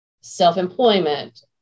self-employment